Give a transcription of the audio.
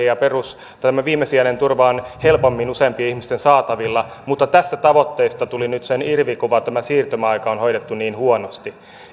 ja viimesijainen turva on helpommin useampien ihmisten saatavilla mutta tästä tavoitteesta tuli nyt sen irvikuva tämä siirtymäaika on hoidettu niin huonosti